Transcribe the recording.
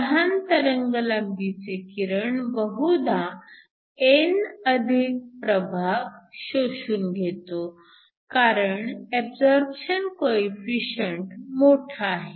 लहान तरंगलांबीचे किरण बहुधा n प्रभाग शोषून घेतो कारण ऍबसॉरप्शन कोएफिशिअंट मोठा आहे